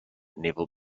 naval